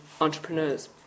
entrepreneurs